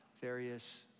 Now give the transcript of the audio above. various